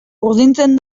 urdintzen